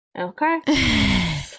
okay